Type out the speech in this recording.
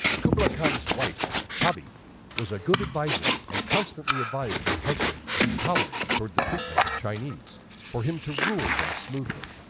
kublai khan's wife chabi was a good advisor and constantly advised her husband to be tolerant towards the treatment of chinese for him to rule smoothly.